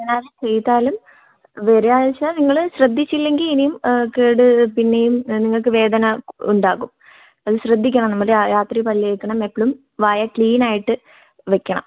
കാരണം അത് ചെയ്താലും അത് ഒരാഴ്ച നിങ്ങള് ശ്രദ്ധിച്ചിലെങ്കിൽ ഇനിയും കേടു പിന്നെയും നിങ്ങൾക്ക് വേദന ഉണ്ടാകും അത് ശ്രദ്ധിക്കണം നമ്മൾ രാത്രി പല്ല് തേക്കണം എപ്പഴും വായ ക്ലീൻ ആയിട്ട് വയ്ക്കണം